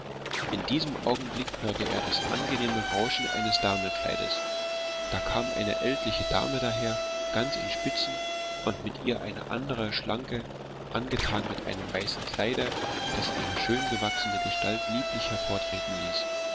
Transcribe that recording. in diesem augenblick hörte er das angenehme rauschen eines damenkleides da kam eine ältliche dame daher ganz in spitzen und mit ihr eine andere schlanke angetan mit einem weißen kleide das ihre schöngewachsene gestalt lieblich hervortreten ließ